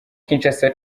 kinshasa